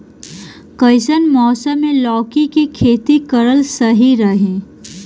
कइसन मौसम मे लौकी के खेती करल सही रही?